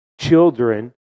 children